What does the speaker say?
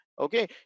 okay